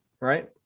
right